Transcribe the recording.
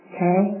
Okay